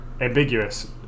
Ambiguous